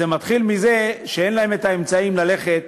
זה מתחיל מזה שאין להם האמצעים ללכת